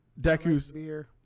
Deku's